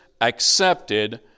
accepted